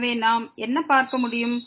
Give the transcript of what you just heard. எனவே நாம் என்ன பார்க்க முடியும்